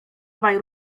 obaj